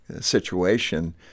situation